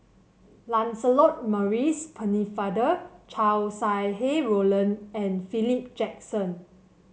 Lancelot Maurice Pennefather Chow Sau Hai Roland and Philip Jackson